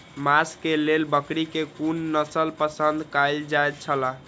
मांस के लेल बकरी के कुन नस्ल पसंद कायल जायत छला?